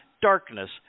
Darkness